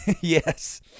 Yes